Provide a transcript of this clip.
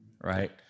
Right